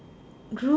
group